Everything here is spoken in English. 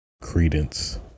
credence